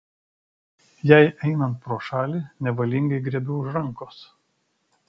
jai einant pro šalį nevalingai griebiu už rankos